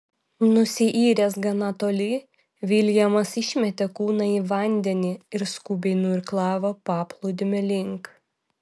nusiyręs gana toli viljamas išmetė kūną į vandenį ir skubiai nuirklavo paplūdimio link